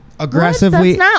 Aggressively